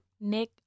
Nick